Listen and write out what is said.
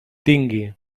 tingui